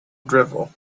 drivel